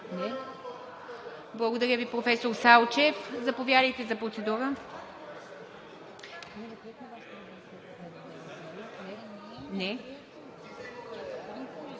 Благодаря Ви, професор Салчев. Заповядайте за процедура.